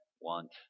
want